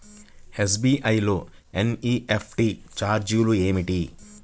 SBI లో NEFT ఛార్జీలు ఏమిటి?